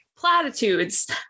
platitudes